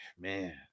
Man